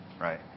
right